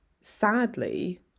Sadly